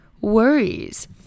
worries